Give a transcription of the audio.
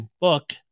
book